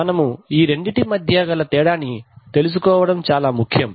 మనము ఈ రెండిటి మధ్య తేడా తెలుసుకోవడం చాలా ముఖ్యం